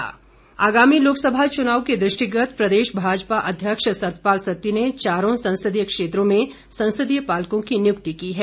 सत्ती आगामी लोकसभा चुनाव के दृष्टिगत भाजपा प्रदेश अध्यक्ष सतपाल सत्ती ने चारों संसदीय क्षेत्रों में संसदीय पालकों की नियुक्ति की है